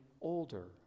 older